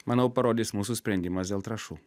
manau parodys mūsų sprendimas dėl trąšų